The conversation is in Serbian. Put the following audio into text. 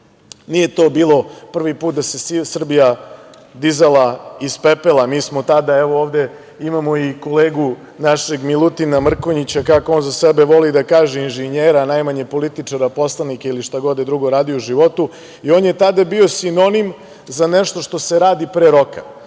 to bilo prvi put da se Srbija dizala iz pepela. Mi smo tada, evo ovde imamo i kolegu našeg Milutina Mrkonjića, kako on za sebe voli da kaže – inženjera, a najmanje političara, poslanika ili šta god da je drugo radio u životu, i on je tada bio sinonim za nešto što se radi pre roka.